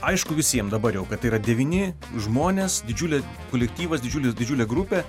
aišku visiem dabar jau kad yra devyni žmonės didžiulė kolektyvas didžiulis didžiulė grupė